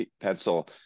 pencil